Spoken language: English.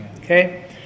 Okay